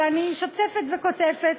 ואני שוצפת וקוצפת,